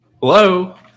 Hello